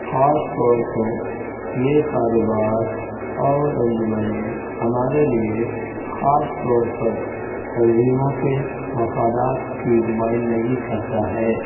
خاص طور پر یہ کاروبار اور انجمنیں ہمارے لیے خاص طور پر تنظیموں کے مفادات کی نمائندگی کرتا ہے